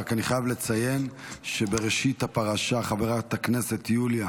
רק שאני חייב לציין שבראשית הפרשה חברת הכנסת יוליה